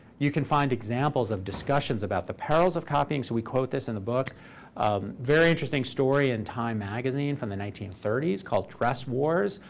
you can find examples of discussions about the perils of copying. so we quote this in the book, a very interesting story in time magazine from the nineteen thirty s called dress wars,